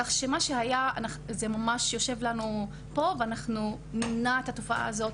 כך שמה שהיה זה ממש יושב לנו פה ואנחנו נמנע את התופעה הזאת.